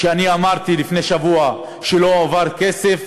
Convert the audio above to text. ואני אמרתי לפני שבוע שלא הועבר כסף.